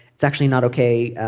it's actually not okay.